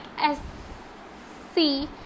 S-C